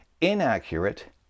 inaccurate